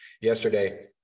yesterday